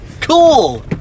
Cool